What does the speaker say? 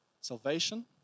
salvation